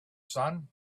sun